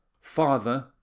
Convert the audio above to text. Father